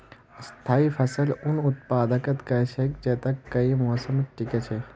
स्थाई फसल उन उत्पादकक कह छेक जैता कई मौसमत टिक छ